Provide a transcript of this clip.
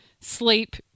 sleep